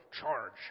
charge